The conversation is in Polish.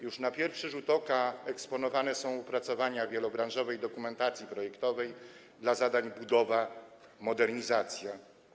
Już na pierwszy rzut oka widać, że eksponowane są opracowania wielobranżowej dokumentacji projektowej dla zadań: budowa, modernizacja.